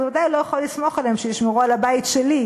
אז הוא בוודאי לא יכול לסמוך עליהם שישמרו על הבית שלי.